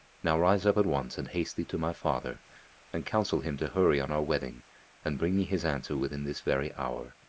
now rise up at once and haste thee to my father and counsel him to hurry on our wedding and bring me his answer within this very hour.